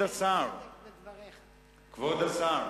אני מבקש,